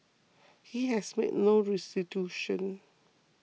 he has made no restitution